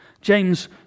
James